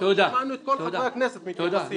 ושמענו את כל חברי הכנסת מתייחסים לזה.